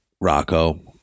Rocco